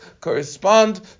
correspond